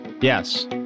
yes